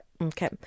Okay